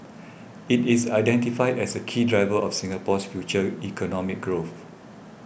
it is identified as a key driver of Singapore's future economic growth